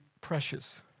precious